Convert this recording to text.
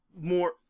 more